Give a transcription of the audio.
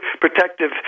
protective